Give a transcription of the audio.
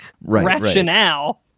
rationale